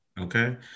Okay